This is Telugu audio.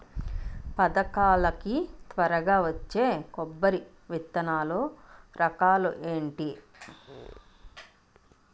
పథకాల కి త్వరగా వచ్చే కొబ్బరి విత్తనాలు రకం ఏంటి?